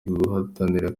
guhatanira